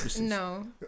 No